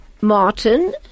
Martin